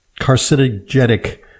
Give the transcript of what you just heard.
carcinogenic